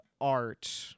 art